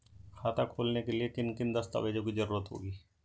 खाता खोलने के लिए किन किन दस्तावेजों की जरूरत होगी?